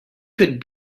could